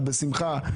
בשמחה.